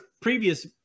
previous